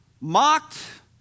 mocked